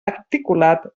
articulat